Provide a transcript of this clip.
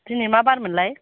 दिनै मा बार मोनलाय